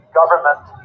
government